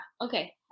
Okay